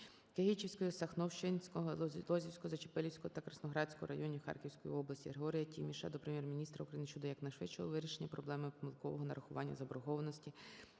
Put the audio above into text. Кегичівського, Сахновщинського, Лозівського, Зачепилівського та Красноградського районів Харківської області. ГригоріяТіміша до Прем'єр-міністра України щодо якнайшвидшого вирішення проблеми помилкового нарахування заборгованості